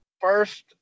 first